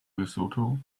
lesotho